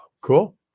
Cool